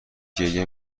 گریه